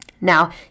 Now